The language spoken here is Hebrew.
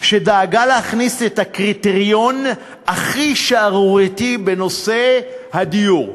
שדאגה להכניס את הקריטריון הכי שערורייתי בנושא הדיור,